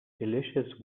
delicious